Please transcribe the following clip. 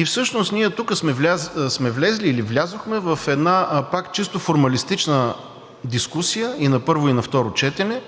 е. Всъщност ние тук сме влезли или влязохме в една пак чисто формалистична дискусия – и на първо, и на второ четене,